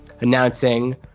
announcing